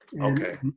Okay